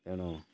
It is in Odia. ତେଣୁ